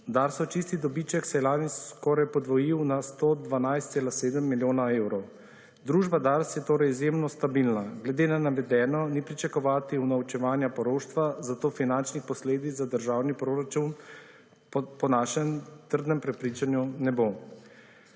DARS-ov čisti dobiček se je lani skoraj podvojil na 112,7 milijona evrov. Družba DARS je torej izjemno stabilna. Glede na navedeno ni pričakovati unovčevanja poroštva, zato finančnih posledic za državni proračun po našem trdnem prepričanju ne bo.